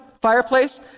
Fireplace